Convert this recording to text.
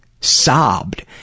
sobbed